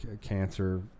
cancer